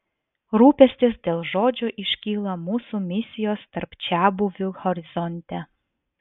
rūpestis dėl žodžio iškyla mūsų misijos tarp čiabuvių horizonte